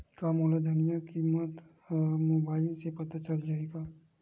का मोला धनिया किमत ह मुबाइल से पता चल जाही का?